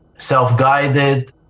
self-guided